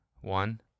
One